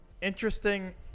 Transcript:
interesting